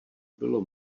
bylo